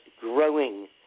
growing